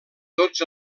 tots